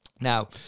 Now